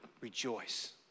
Rejoice